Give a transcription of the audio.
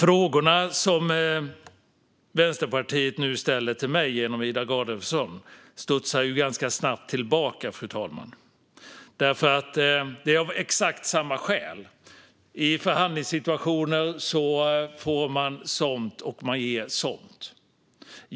Frågorna som Vänsterpartiet nu ställer till mig genom Ida Gabrielsson studsar därför ganska snabbt tillbaka, fru talman, eftersom vi har exakt samma skäl. I förhandlingssituationer får man somt och ger somt.